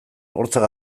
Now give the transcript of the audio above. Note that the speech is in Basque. hortzak